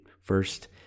first